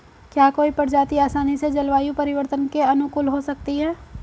क्या कोई प्रजाति आसानी से जलवायु परिवर्तन के अनुकूल हो सकती है?